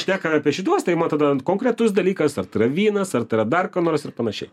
šnekame apie šituos tai tada konkretus dalykas ar tai yra vynas ar tai yra dar ko nors ir panašiai